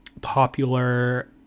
popular